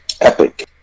Epic